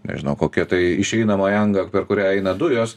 nežinau kokią tai išeinamąją angą per kurią eina dujos